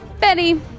Betty